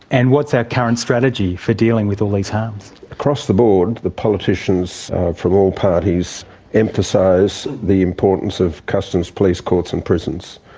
and what's our current strategy for dealing with all these harms? across the board, the politicians from all parties emphasise the importance of customs, police, courts and prisons.